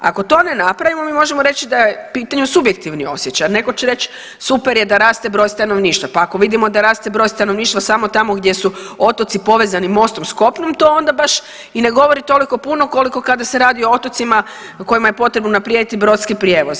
Ako to ne napravimo mi možemo reći da je u pitanju subjektivni osjećaj, netko će reći super je da raste broj stanovništva, pa ako vidimo da raste broj stanovništva samo tamo gdje su otoci povezani mostom s kopnom to onda baš i ne govorit toliko puno koliko kada se radi o otocima kojima je potrebno unaprijediti brodski prijevoz.